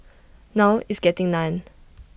now it's getting none